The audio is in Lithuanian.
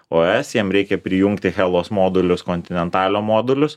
os jiems reikia prijungt hellos modulius kontinentalio modulius